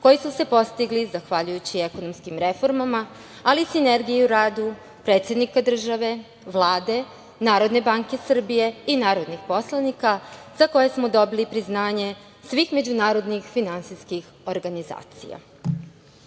koji su se postigli zahvaljujući ekonomskim reformama, ali i sinergiji u radu predsednika države, Vlade, Narodne banke Srbije i narodnih poslanika za koje smo dobili priznanje svih međunarodnih finansijskih organizacija.S